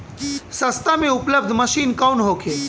सस्ता में उपलब्ध मशीन कौन होखे?